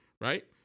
Right